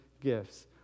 gifts